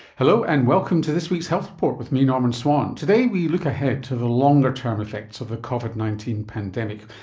hello, and welcome to this week's health report with me, norman swan. today we look ahead to the longer-term effects of the covid nineteen pandemic,